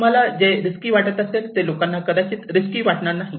तुम्हाला जे रिस्की वाटत असेल ते लोकांना कदाचित रिस्की वाटणार नाही